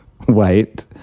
White